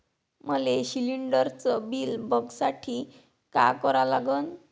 मले शिलिंडरचं बिल बघसाठी का करा लागन?